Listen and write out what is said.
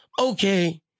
okay